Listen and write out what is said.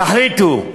תחליטו: